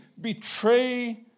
betray